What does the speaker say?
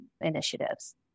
initiatives